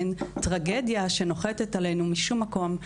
מעין טרגדיה שנוחתת עלינו משום מקום,